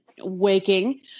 waking